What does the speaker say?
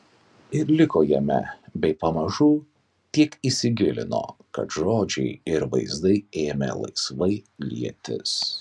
ir liko jame bei pamažu tiek įsigilino kad žodžiai ir vaizdai ėmė laisvai lietis